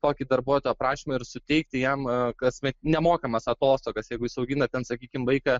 tokį darbuotojo prašymą ir suteikti jam kasmet nemokamas atostogas jeigu jis augina ten sakykim vaiką